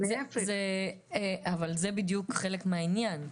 זה בדיוק חלק מהענין,